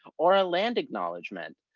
or a land acknowledgement.